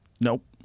Nope